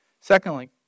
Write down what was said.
Secondly